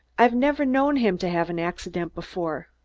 i've never known him to have an accident before.